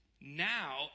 Now